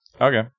okay